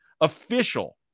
official